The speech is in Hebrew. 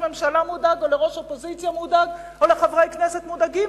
ממשלה מודאג או לראש אופוזיציה מודאג או לחברי כנסת מודאגים.